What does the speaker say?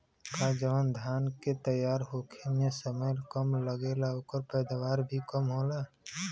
का जवन धान के तैयार होखे में समय कम लागेला ओकर पैदवार भी कम होला?